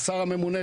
השר הממונה,